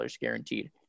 guaranteed